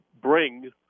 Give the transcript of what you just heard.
bring